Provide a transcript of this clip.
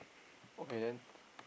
okay then